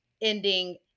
ending